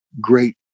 great